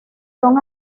son